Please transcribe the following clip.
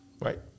Right